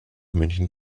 münchen